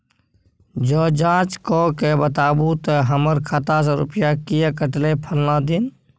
ज जॉंच कअ के बताबू त हमर खाता से रुपिया किये कटले फलना दिन?